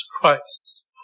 Christ